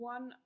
One